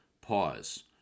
pause